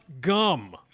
gum